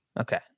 Okay